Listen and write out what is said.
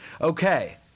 Okay